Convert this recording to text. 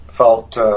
Felt